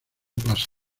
pase